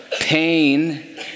pain